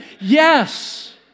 yes